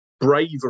bravery